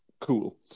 cool